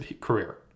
career